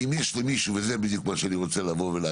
שאם יש למישהו, וזה בדיוק מה שאני רוצה להגיד,